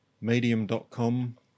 Medium.com